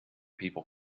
people